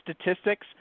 statistics –